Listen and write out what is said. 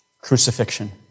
Crucifixion